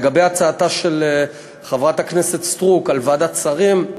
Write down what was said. לגבי הצעתה של חברת הכנסת סטרוק על ועדת שרים,